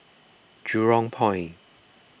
Jurong Point